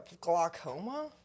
glaucoma